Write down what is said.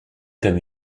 comme